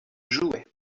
jouets